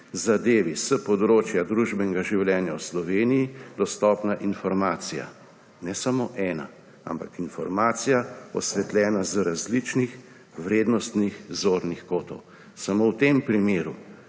zadevi s področja družbenega življenja v Sloveniji dostopna informacija, ne samo ena, ampak informacija, osvetljena z različnih vrednostnih zornih kotov. Samo v tem primeru